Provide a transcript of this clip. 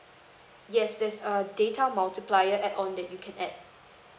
yes there's err data multiplier add on that you can add